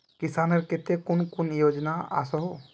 किसानेर केते कुन कुन योजना ओसोहो?